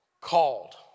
called